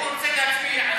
הוא רוצה להצביע.